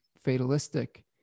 fatalistic